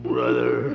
Brother